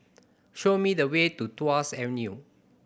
show me the way to Tuas Avenue